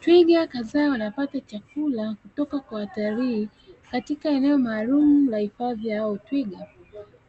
Twiga kadhaa wanaopata chakula kutoka kwa watalii katika eneo maalumu la hifadhi ya hao twiga,